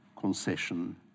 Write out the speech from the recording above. concession